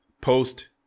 post